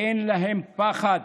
אין להם פחד